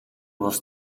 was